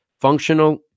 functional